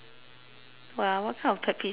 what ah what kind of pet peeves can I come up with